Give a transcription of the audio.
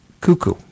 cuckoo